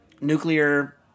nuclear